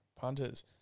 Punters